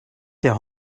der